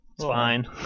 fine